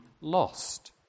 lost